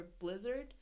blizzard